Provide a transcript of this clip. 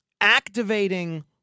activating